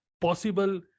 possible